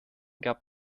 gab